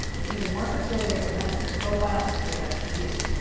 what's even more peculiar than that is the profile picture that she used.